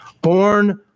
born